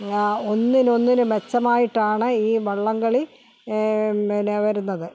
ഒന്നിനൊന്നിന് മെച്ചമായിട്ടാണ് ഈ വള്ളംകളി പിന്നെ വരുന്നത്